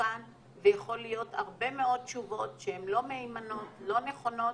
מסוכן ויכולות להיות הרבה מאוד תשובות שהן לא מהימנות ולא נכונות,